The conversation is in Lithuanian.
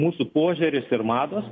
mūsų požiūris ir mados